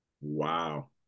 Wow